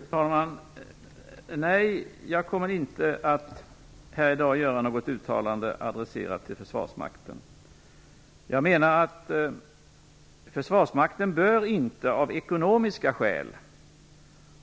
Fru talman! Nej, jag kommer inte här i dag att göra något uttalande adresserat till försvarsmakten. Jag menar att försvarsmakten bör inte av ekonomiska skäl